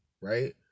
right